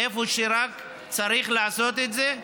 איפה שרק צריך לעשות את זה,